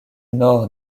nord